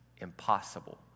impossible